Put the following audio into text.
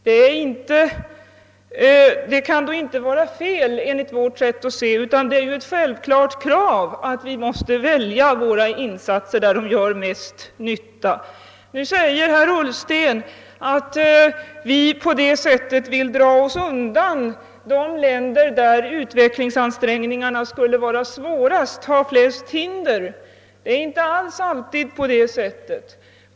Det kan då, enligt vårt sätt att se, inte vara felaktigt — det är tvärtom ett självklart krav att vi måste göra det — att välja att göra våra insatser där de gör mest nytta. Herr Ullsten sade att vi på detta sätt vill dra oss undan de länder där utvecklingsansträngningarna skulle vara svårast att göra, där de skulle möta flest hinder. Det är inte alls alltid på det sättet.